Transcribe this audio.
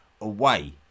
away